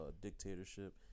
Dictatorship